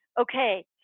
okay